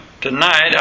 tonight